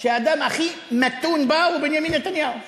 שהאדם הכי מתון בה הוא בנימין נתניהו.